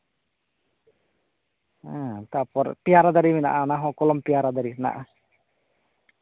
ᱦᱮᱸ ᱛᱟᱯᱚᱨ ᱯᱮᱭᱟᱨᱟ ᱫᱟᱨᱮ ᱦᱮᱱᱟᱜᱼᱟ ᱚᱱᱟ ᱦᱚᱸ ᱠᱚᱞᱚᱢ ᱯᱮᱭᱟᱨᱟ ᱫᱟᱨᱮ ᱦᱮᱱᱟᱜᱼᱟ